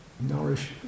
nourish